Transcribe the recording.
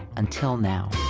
until now.